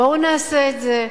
בואו נעשה את זה,